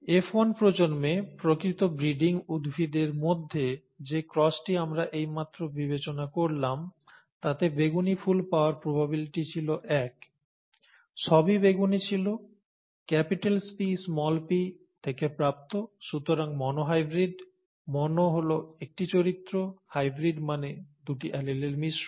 F1 প্রজন্মে প্রকৃত breeding উদ্ভিদের মধ্যে যে ক্রসটি আমরা এইমাত্র বিবেচনা করলাম তাতে বেগুনি ফুল পাওয়ার প্রবাবিলিটি ছিল এক সবই বেগুনি ছিল Pp থেকে প্রাপ্ত সুতরাং মনোহিব্রিড মনো হল একটি চরিত্র হাইব্রিড মানে দুটি অ্যালিলের মিশ্রণ